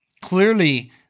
Clearly